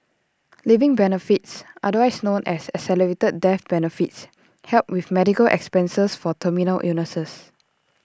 living benefits otherwise known as accelerated death benefits help with medical expenses for terminal illnesses